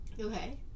Okay